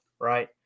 right